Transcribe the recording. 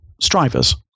strivers